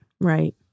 right